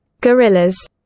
Gorillas